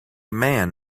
man